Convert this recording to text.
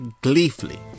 gleefully